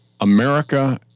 America